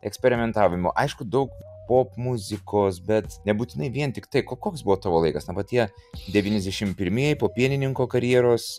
eksperimentavimų aišku daug popmuzikos bet nebūtinai vien tik tai ko koks buvo tavo laikas na vat tie devyniasdešimt pirmieji po pienininko karjeros